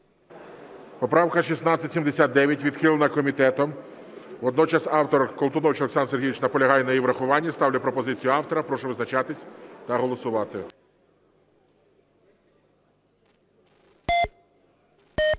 Поправка 1679 відхилена комітетом, водночас автор Колтунович Олександр Сергійович наполягає на її врахуванні. Ставлю пропозицію автора. Прошу визначатись та голосувати.